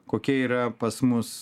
kokia yra pas mus